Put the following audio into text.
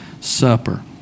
Supper